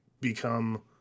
become